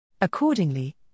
Accordingly